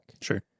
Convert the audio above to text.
Sure